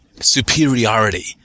superiority